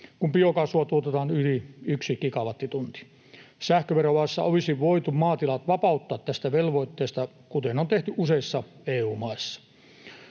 kun biokaasua tuotetaan yli yksi gigawattitunti. Sähköverolaissa olisi voitu maatilat vapauttaa tästä velvoitteesta, kuten on tehty useissa EU-maissa.